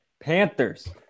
Panthers